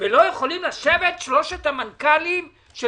ולא יכולים לשבת שלושת המנכ"לים של